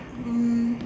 um